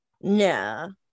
No